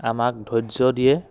আমাক ধৈৰ্য দিয়ে